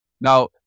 Now